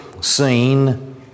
seen